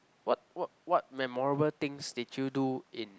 what what what memorable things did you do in